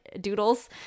doodles